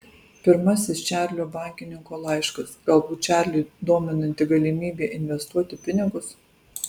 pirmasis čarlio bankininko laiškas galbūt čarlį dominanti galimybė investuoti pinigus